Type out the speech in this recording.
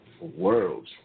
worlds